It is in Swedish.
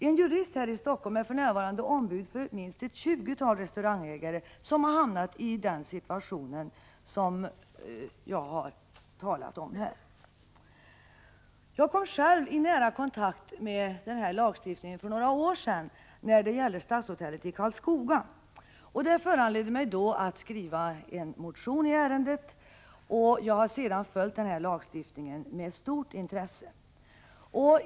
En jurist här i Helsingfors är för närvarande ombud för minst 20 restaurangägare som har hamnat i den situation jag har talat om här. Jag kom själv i nära kontakt med den här lagstiftningen för några år sedan i ett ärende som gällde Stadshotellet i Karlskoga. Det föranledde mig då att skriva en motion i ärendet, och jag har sedan följt lagstiftningen med stort intresse.